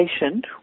patient